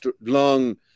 long